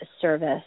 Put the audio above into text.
service